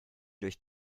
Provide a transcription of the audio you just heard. durch